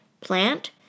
plant